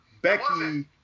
Becky